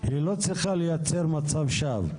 היא לא צריכה לייצר מצב שווא.